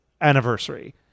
anniversary